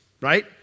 right